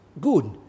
good